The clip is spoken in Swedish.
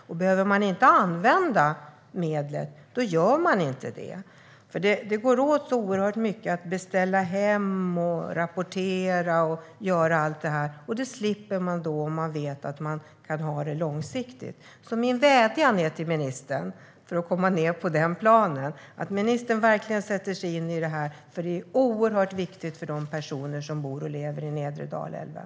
Om man inte behöver använda medlen gör man inte det. Det tar mycket tid att beställa hem medel och rapportera etcetera, och det slipper man om man vet att man kan få pengar långsiktigt. Min vädjan till ministern är att hon verkligen sätter sig in i det här, för det är oerhört viktigt för de personer som bor vid nedre Dalälven.